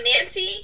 Nancy